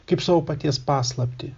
kaip savo paties paslaptį